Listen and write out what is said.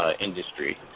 industry